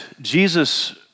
Jesus